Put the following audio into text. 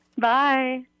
Bye